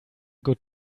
good